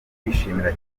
kwishimira